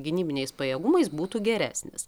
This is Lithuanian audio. gynybiniais pajėgumais būtų geresnis